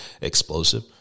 explosive